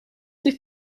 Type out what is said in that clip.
sich